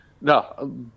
no